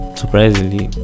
surprisingly